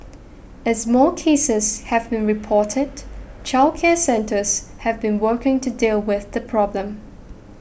as more cases have been reported childcare centres have been working to deal with the problem